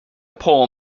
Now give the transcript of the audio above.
pole